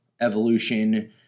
evolution